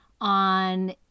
on